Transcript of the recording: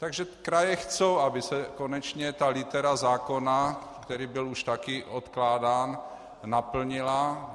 Takže kraje chtějí, aby se konečně litera zákona, který byl už také odkládán, naplnila.